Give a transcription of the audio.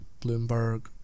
Bloomberg